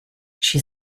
she